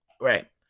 right